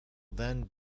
then